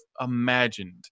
imagined